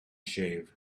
shave